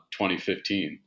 2015